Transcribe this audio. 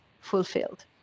fulfilled